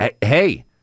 Hey